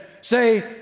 say